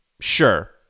Sure